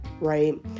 right